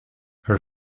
her